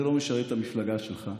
זה לא משרת את המפלגה שלך,